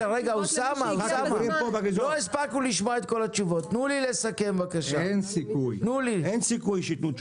אין סיכוי שיתנו תשובה.